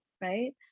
right